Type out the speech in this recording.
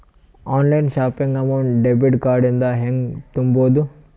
Online shopping amount debit card ಇಂದ ಹೆಂಗ್ ತುಂಬೊದು?